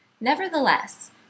Nevertheless